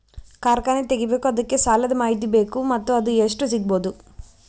ಕಾರ್ಖಾನೆ ತಗಿಬೇಕು ಅದಕ್ಕ ಸಾಲಾದ ಮಾಹಿತಿ ಬೇಕು ಮತ್ತ ಅದು ಎಷ್ಟು ಸಿಗಬಹುದು?